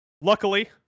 luckily